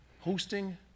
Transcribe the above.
hosting